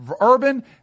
urban